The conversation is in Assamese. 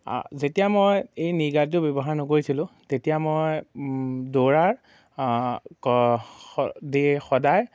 যেতিয়া মই এই নি গাৰ্ডযোৰ ব্যৱহাৰ নকৰিছিলোঁ তেতিয়া মই দৌৰাৰ দে সদায়